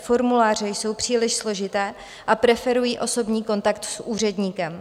Formuláře jsou pro ně příliš složité a preferují osobní kontakt s úředníkem.